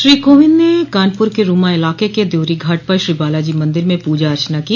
श्री कोविंद ने कानपुर के रूमा इलाक के दयोरी घाट पर श्रीबालाजी मंदिर में पूजा अर्चना की